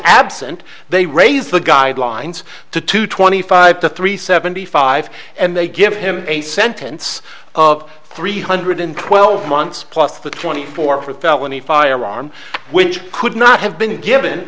absent they raise the guidelines to two twenty five to three seventy five and they give him a sentence of three hundred twelve months plus the twenty four for the felony firearm which could not have been given